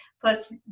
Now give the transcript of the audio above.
plus